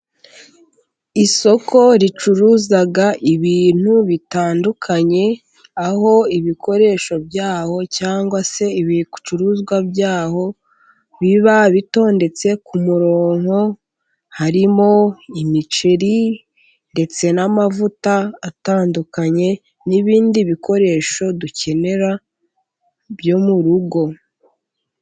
Isoko ricuruza ibintu bitandukanye, aho ibikoresho byaho cyangwa se ibicuruzwa byaho biba bitondetse ku murongo, harimo imiceri ndetse n'amavuta atandukanye, n'ibindi bikoresho dukenera byo mu rugo.